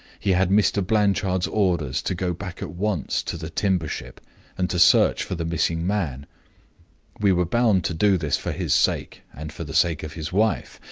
he had mr. blanchard's orders to go back at once to the timber-ship and to search for the missing man we were bound to do this for his sake, and for the sake of his wife,